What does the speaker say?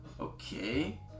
okay